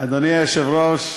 אדוני היושב-ראש,